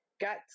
got